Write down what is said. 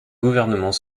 gouvernement